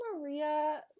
Maria